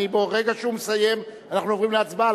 וברגע שהוא מסיים אנחנו עוברים להצבעה.